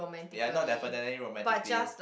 not definitely romantically